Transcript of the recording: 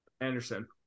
Anderson